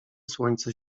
słońce